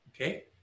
Okay